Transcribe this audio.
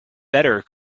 better